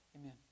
Amen